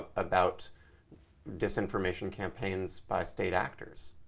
ah about disinformation campaigns by state actors?